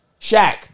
Shaq